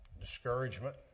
discouragement